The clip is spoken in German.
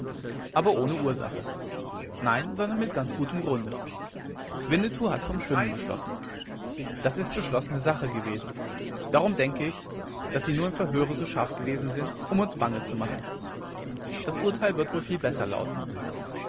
aber ohne ursache nein sondern mit ganz gutem grunde winnetou hat vom schwimmen gesprochen das ist beschlossene sache gewesen darum denke ich daß sie nur im verhöre so scharf gewesen sind um uns bange zu machen das urteil wird wohl viel besser lauten